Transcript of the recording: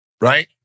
right